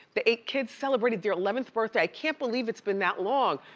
the eight kids, celebrated their eleventh birthday, i can't believe it's been that long.